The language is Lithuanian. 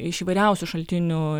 iš įvairiausių šaltinių